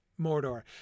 Mordor